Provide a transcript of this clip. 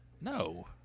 No